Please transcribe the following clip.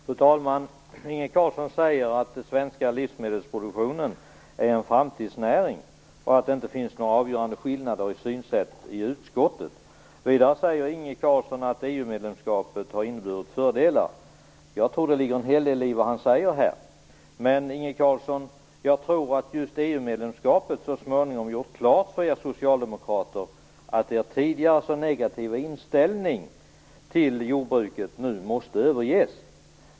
Fru talman! Inge Carlsson säger att den svenska livsmedelsproduktionen är en framtidsnäring och att det inte finns några avgörande skillnader i synsätt i utskottet. I dag säger Inge Carlsson att EU medlemskapet har inneburit fördelar. Jag tror att det ligger en hel del i vad han säger. Men, Inge Carlsson, jag tror att just EU-medlemskapet så småningom har gjort klart för er socialdemokrater att er tidigare så negativa inställning till jordbruket nu måste överges.